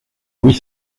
huit